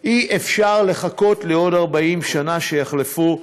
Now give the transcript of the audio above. אי-אפשר לחכות לעוד 40 שנה שיחלפו.